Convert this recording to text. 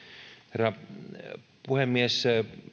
herra puhemies